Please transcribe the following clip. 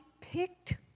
picked